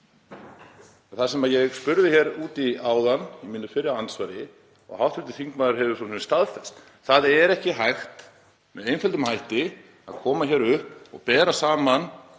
Það sem ég spurði út í áðan í mínu fyrra andsvari og hv. þingmaður hefur staðfest, er að ekki er hægt með einföldum hætti að koma hér upp og bera saman